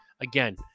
Again